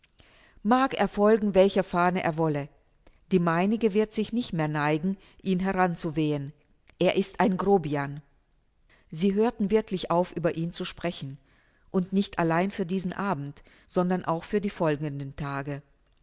mag er folgen welcher fahne er wolle die meinige wird sich nicht mehr neigen ihn heran zu wehen er ist ein grobian sie hörten wirklich auf über ihn zu sprechen und nicht allein für diesen abend sondern auch für die folgenden tage